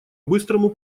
быстрому